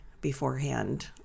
beforehand